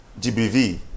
GBV